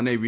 અને વી